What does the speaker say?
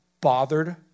bothered